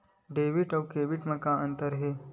Debit अउ credit म का अंतर हे?